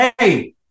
hey